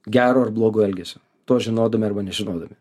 gero ir blogo elgesio to žinodami arba nežinodami